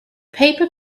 paper